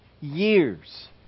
years